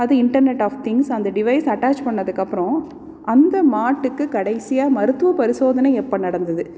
அது internet of things அந்த device attach பண்ணதுக்கப்புறம் அந்த மாட்டுக்கு கடைசியாக மருத்துவப் பரிசோதனை எப்போ நடந்தது